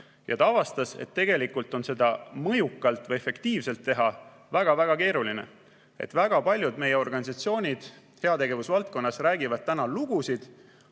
Ta avastas, et tegelikult on seda mõjukalt või efektiivselt teha väga-väga keeruline. Väga paljud meie organisatsioonid heategevusvaldkonnas räägivad lugusid,